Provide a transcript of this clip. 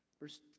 verse